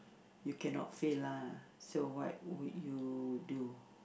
you cannot fail lah so what would you do